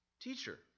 Teacher